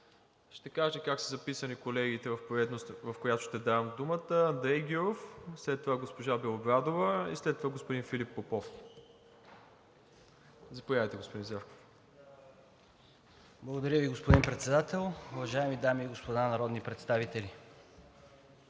Ще кажа как са записани колегите в поредност, в която ще давам думата: Андрей Гюров, след това госпожа Белобрадова и след това господин Филип Попов. Заповядайте, господин Зарков. КРУМ ЗАРКОВ (БСП за България): Благодаря Ви, господин Председател. Уважаеми дами и господа народни представители!